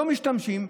לא משתמשים,